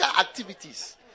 activities